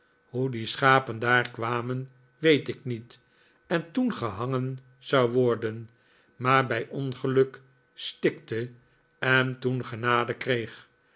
schapen daar kwtaen weet ik niet en toen gehangen zou worden maar bij ongeluk stikte en toen genade kreeg